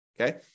Okay